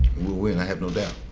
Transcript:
we'll win, i have no doubt.